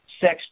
sex